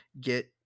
get